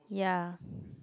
ya